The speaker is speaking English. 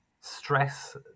stress